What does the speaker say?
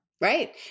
Right